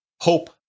hope